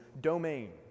domain